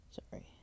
sorry